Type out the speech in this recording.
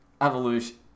Evolution